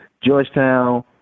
Georgetown